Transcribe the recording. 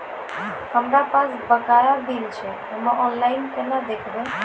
हमरा पास बकाया बिल छै हम्मे ऑनलाइन केना देखबै?